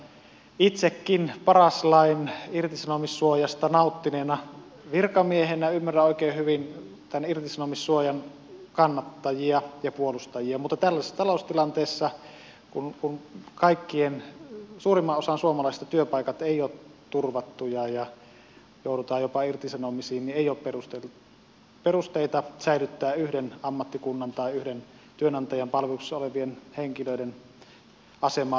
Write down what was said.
toisaalta itsekin paras lain irtisanomissuojasta nauttineena virkamiehenä ymmärrän oikein hyvin tämän irtisanomissuojan kannattajia ja puolustajia mutta tällaisessa taloustilanteessa kun suurimman osan suomalaisista työpaikat eivät ole turvattuja ja joudutaan jopa irtisanomisiin ei ole perusteita säilyttää yhden ammattikunnan tai yhden työnantajan palveluksessa olevien henkilöiden asemaa tällaisena